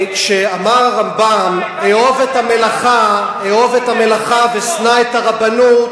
כשאמר הרמב"ם "אהוב את המלאכה ושנא את הרבנות",